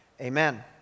Amen